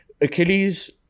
Achilles